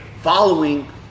following